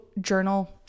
journal